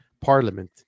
Parliament